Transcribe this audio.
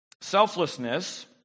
Selflessness